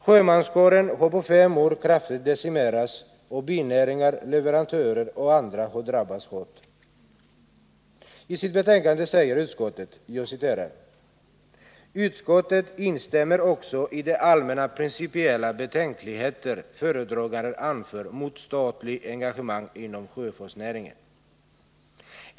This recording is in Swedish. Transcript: Sjömanskåren har på fem år kraftigt decimerats och binäringar, leverantörer och andra har drabbats hårt. I sitt betänkande säger utskottet: ”Utskottet instämmer också i de allmänna principiella betänkligheter föredraganden anfört mot statligt ägarengagemang inom sjöfartsnäringen.